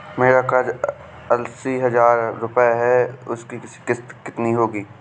मेरा कर्ज अस्सी हज़ार रुपये का है उसकी किश्त कितनी होगी?